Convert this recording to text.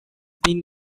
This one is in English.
been